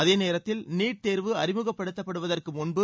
அதேநேரத்தில் நீட் தேர்வு அறிமுகப்படுத்தப்படுவதற்கு முன்பு